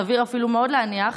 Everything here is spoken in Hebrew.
סביר אפילו מאוד להניח,